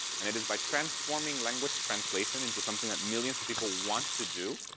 and it is by transforming language translation into something that millions of people want to do,